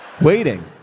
Waiting